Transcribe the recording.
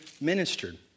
ministered